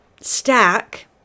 stack